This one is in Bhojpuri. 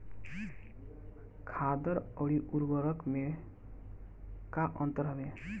खादर अवरी उर्वरक मैं का अंतर हवे?